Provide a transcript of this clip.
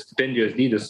stipendijos dydis